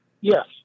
Yes